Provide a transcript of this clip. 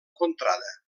contrada